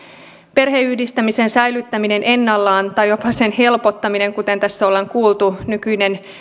perheenyhdistämisen säilyttäminen ennallaan tai jopa sen helpottaminen kuten tässä on kuultu nykyisin on